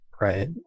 Right